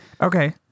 Okay